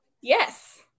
Yes